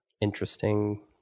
interesting